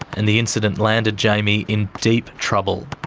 and the incident landed jamy in deep trouble.